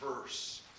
verse